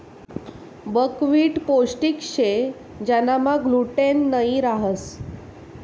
buckwheat पोष्टिक शे ज्यानामा ग्लूटेन नयी रहास